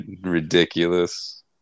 ridiculous